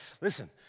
Listen